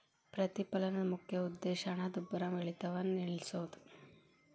ಪ್ರತಿಫಲನದ ಮುಖ್ಯ ಉದ್ದೇಶ ಹಣದುಬ್ಬರವಿಳಿತವನ್ನ ನಿಲ್ಸೋದು